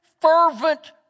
fervent